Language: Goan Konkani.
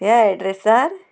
हे एड्रेसार